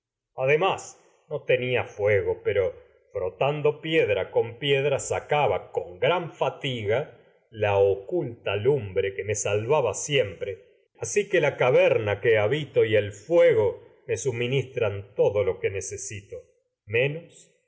además no tenía fuego frotando piedra con piedra sacaba con gran fatiga la asi que la ca oculta lumbre que me salvaba siempre fuego me verna que habito y el suministran todo lo que necesito menos